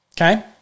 okay